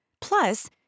Plus